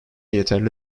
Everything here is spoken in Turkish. yeterli